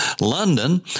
London